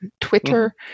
Twitter